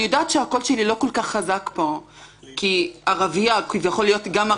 אני יודעת שהקול שלי לא כל כך חזק פה כי כביכול ערבייה